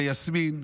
ליסמין,